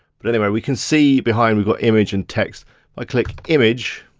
but anyway, we can see behind, we've got image and text. i click image,